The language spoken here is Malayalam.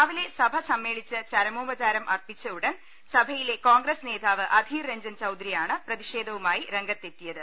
രാവിലെ സഭ സമ്മേളിച്ച് ചര മോപചാരം അർപ്പിച്ച ഉടൻ സഭയിലെ കോൺഗ്രസ് നേതാവ് അധീർ രഞ്ജൻ ചൌധരിയാണ് പ്രതിഷേധവുമായി രംഗത്തെത്തി യത്